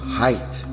height